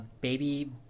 baby